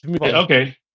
Okay